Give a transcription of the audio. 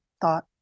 thought